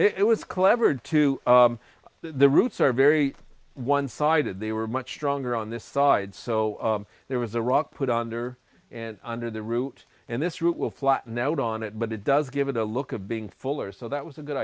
well it was clever to the roots are very one sided they were much stronger on this side so there was a rock put under and under the root and this root will flatten out on it but it does give it a look of being fuller so that was a good